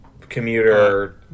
commuter